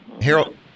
Harold